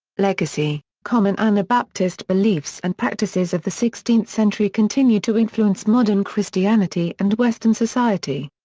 legacy common anabaptist beliefs and practices of the sixteenth century continue to influence modern christianity and western society.